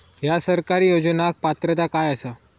हया सरकारी योजनाक पात्रता काय आसा?